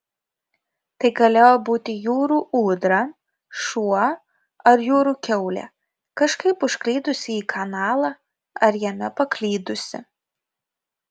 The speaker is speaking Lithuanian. tai galėjo būti jūrų ūdra šuo ar jūrų kiaulė kažkaip užklydusi į kanalą ir jame paklydusi